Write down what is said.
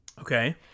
Okay